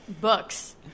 books